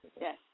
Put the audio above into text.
yes